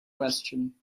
question